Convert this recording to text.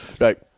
Right